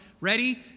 Ready